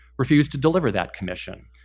refused to deliver that commission.